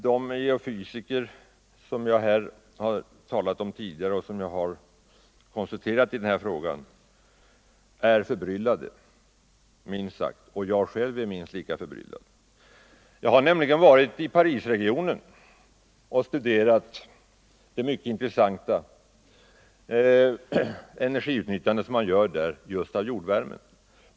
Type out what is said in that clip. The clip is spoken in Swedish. De geofysiker som jag har talat om tidigare och som jag har konsulterat även i denna fråga är minst sagt förbryllade över den uppgiften, och själv är jag lika förbryllad. Jag har nämligen varit i Parisregionen och studerat det mycket intressanta energiutnyttjandet där av jordvärme.